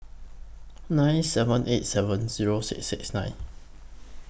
nine seven eight seven Zero six six nine